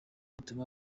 bituma